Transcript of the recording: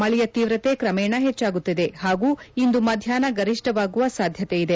ಮಳೆಯ ತೀವ್ರತೆ ಕ್ರಮೇಣ ಹೆಚ್ಚಾಗುತ್ತದೆ ಹಾಗೂ ಇಂದು ಮಧ್ಯಾಹ್ನ ಗರಿಷ್ಠವಾಗುವ ಸಾಧ್ಯತೆ ಇದೆ